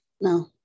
no